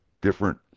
different